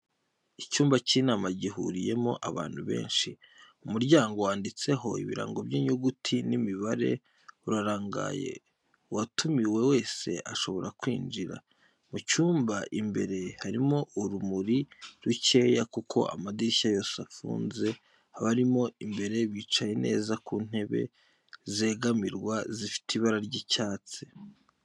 Icyumba cy'inama gihuriyemo abantu benshi, umuryango wanditseho ibirango by'inyuguti n'imibare urarangaye uwatumiwe wese ashobora kwinjira, mu cyumba imbere harimo urumuri rukeya kuko amadirishya yose afunze abarimo imbere bicaye neza ku ntebe zegamirwa zifite ibara ry'icyatsi.